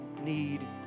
need